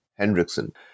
Hendrickson